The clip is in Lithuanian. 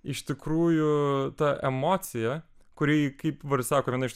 iš tikrųjų ta emocija kuri kaip sako viena iš